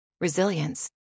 resilience